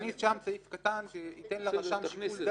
לפחות נכניס שם סעיף קטן שייתן לרשם שיקול דעת.